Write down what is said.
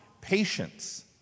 patience